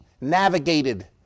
navigated